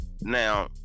now